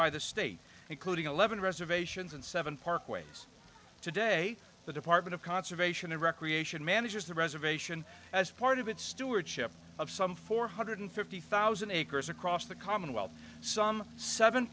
by the state including eleven reservations and seven parkways today the department of conservation and recreation manages the reservation as part of its stewardship of some four hundred and fifty thousand acres across the commonwealth some seven